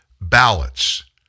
ballots